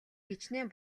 хэчнээн